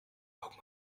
augen